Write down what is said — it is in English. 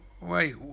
wait